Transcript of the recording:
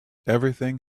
everything